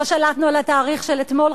לא שלטנו על התאריך של אתמול,